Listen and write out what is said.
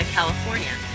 California